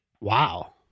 Wow